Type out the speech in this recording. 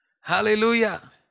Hallelujah